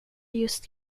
just